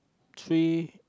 three